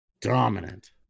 dominant